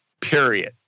period